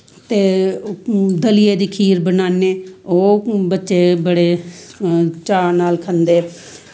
ते दलिया ते खीर बनान्ने ओ बच्चे बड़े चाऽ नाल खंदे